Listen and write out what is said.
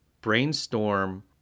brainstorm